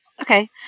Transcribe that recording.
okay